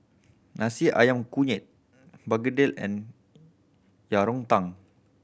nasi ayam kunyit begedil and Yang Rou Tang